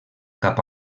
cap